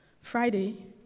Friday